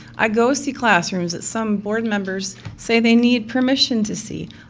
i go see classrooms that some board members say they need permission to see.